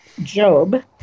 Job